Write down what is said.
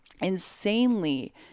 insanely